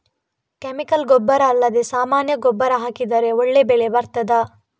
Chemical ಗೊಬ್ಬರ ಅಲ್ಲದೆ ಸಾಮಾನ್ಯ ಗೊಬ್ಬರ ಹಾಕಿದರೆ ಒಳ್ಳೆ ಬೆಳೆ ಬರ್ತದಾ?